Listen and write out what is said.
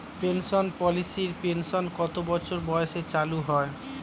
Pension পলিসির pension কত বছর বয়সে চালু হয়?